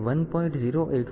તેથી તે 1